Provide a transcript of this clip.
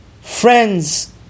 friends